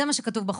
זה מה שכתוב בחוק.